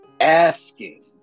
Asking